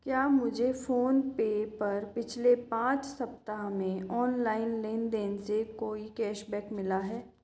क्या मुझे फ़ोनपे पर पिछले पाँच सप्ताह में ऑनलाइन लेनदेन से कोई कैशबैक मिला है